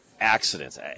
accidents